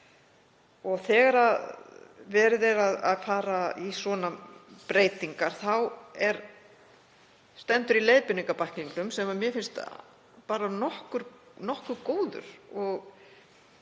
Og þegar verið er að fara í svona breytingar stendur í leiðbeiningabæklingnum, sem mér finnst bara nokkuð góður